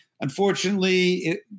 Unfortunately